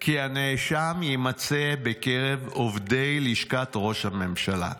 כי הנאשם יימצא בקרב עובדי לשכת ראש הממשלה.